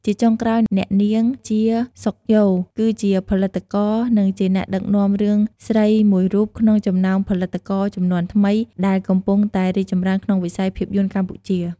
ជាចុងក្រោយ អ្នកនាង ជា សុខយ៉ូ គឺជាផលិតករ និងជាអ្នកដឹកនាំរឿងស្រីមួយរូបក្នុងចំណោមផលិតករជំនាន់ថ្មីដែលកំពុងតែរីកចម្រើនក្នុងវិស័យភាពយន្តកម្ពុជា។